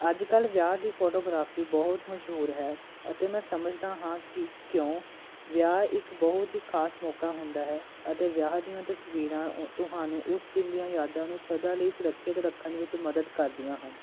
ਅੱਜ ਕੱਲ੍ਹ ਵਿਆਹ ਦੀ ਫੋਟੋਗ੍ਰਾਫੀ ਬਹੁਤ ਮਸ਼ਹੂਰ ਹੈ ਅਤੇ ਮੈਂ ਸਮਝਦਾ ਹਾਂ ਕਿ ਕਿਉਂ ਵਿਆਹ ਇੱਕ ਬਹੁਤ ਹੀ ਖ਼ਾਸ ਮੌਕਾ ਹੁੰਦਾ ਹੈ ਅਤੇ ਵਿਆਹ ਦੀਆਂ ਤਸਵੀਰਾਂ ਤੁਹਾਨੂੰ ਉਸ ਦਿਨ ਦੀਆਂ ਯਾਦਾਂ ਨੂੰ ਸਦਾ ਲਈ ਸੁਰੱਖਿਅਤ ਰੱਖਣ ਵਿੱਚ ਮਦਦ ਕਰਦੀਆਂ ਹਨ